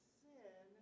sin